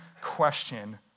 question